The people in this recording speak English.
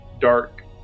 dark